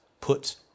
put